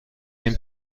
این